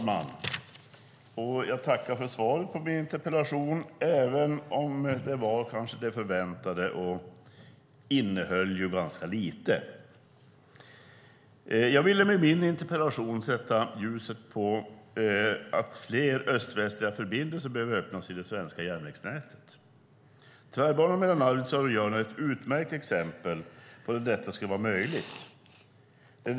Fru talman! Jag tackar för svaret på min interpellation, även om det var det förväntade och innehöll ganska lite. Jag ville med min interpellation sätta ljuset på att fler öst-västliga förbindelser behöver öppnas i det svenska järnvägsnätet. Tvärbanan mellan Arvidsjaur och Jörn är ett utmärkt exempel på där detta skulle vara möjligt.